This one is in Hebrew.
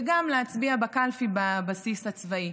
וגם להצביע בקלפי בבסיס הצבאי.